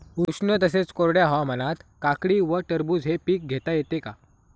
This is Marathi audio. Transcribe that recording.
उष्ण तसेच कोरड्या हवामानात काकडी व टरबूज हे पीक घेता येते का?